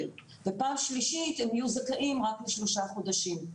ופעם שלישית הם יהיו זכאים רק לשלושה חודשים.